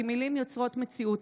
כי מילים יוצרות מציאות,